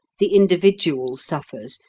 the individual suffers,